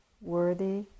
worthy